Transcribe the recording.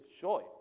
joy